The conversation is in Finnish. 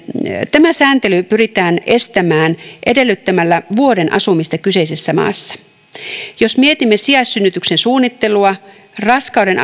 tämä sääntely pyritään estämään edellyttämällä vuoden asumista kyseisessä maassa jos mietimme sijaissynnytyksen suunnittelua raskauden